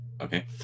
Okay